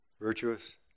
Virtuous